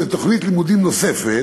תוכנית לימודית נוספת,